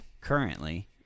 currently